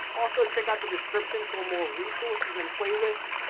also, check out the description for more resources and playlists,